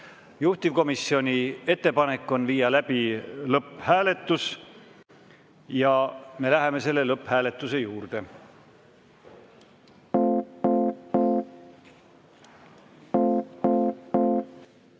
Juhtivkomisjoni ettepanek on viia läbi lõpphääletus ja me läheme selle lõpphääletuse juurde.